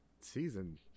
Season